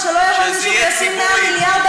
ושלא יבוא מישהו, שזה יהיה ציבורי.